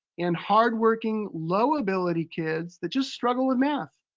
and hard-working low-ability kids that just struggle with math.